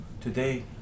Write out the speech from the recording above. today